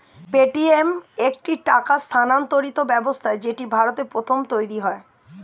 Paytm একটি টাকা স্থানান্তর ব্যবস্থা যেটা ভারতে প্রথম তৈরী হয়